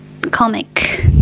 Comic